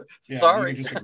Sorry